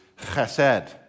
chesed